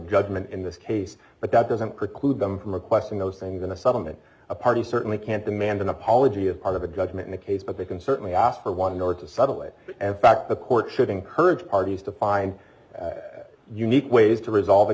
judgment in this case but that doesn't preclude them from requesting those things in a settlement a party certainly can't demand an apology a part of a judgment in a case but they can certainly ask for one or to settle it and back the court should encourage parties to find unique ways to resolve a